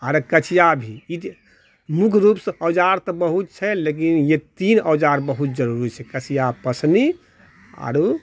आओर कचिआ भी मुख्य रूपसँ औजार तऽ बहुत छै लेकिन ई तीन औजार बहुत जरूरी छै कचिआ पसनी आओर